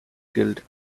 guild